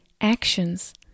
actions